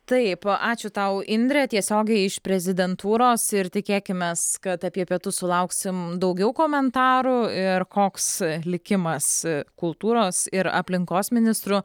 taip ačiū tau indre tiesiogiai iš prezidentūros ir tikėkimės kad apie pietus sulauksim daugiau komentarų ir koks likimas kultūros ir aplinkos ministrų